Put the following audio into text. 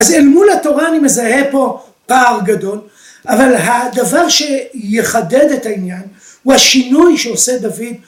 אז אל מול התורה אני מזהה פה פער גדול, אבל הדבר שיחדד את העניין הוא השינוי שעושה דוד